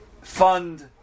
fund